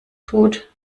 tut